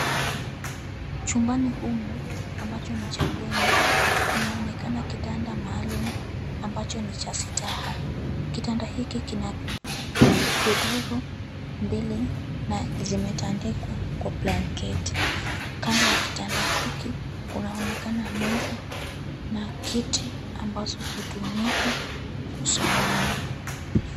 Chumbani humu, ambacho ni cha bweni, kunaonekana kitanda maalum ambacho ni cha sitaha. Kitanda hiki kina godoro mbili, na zimetandikwa kwa blanketi. Kando ya kitanda hiki, kunaonekana meza na kiti ambazo hutumika kusomea.